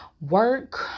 work